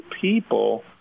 people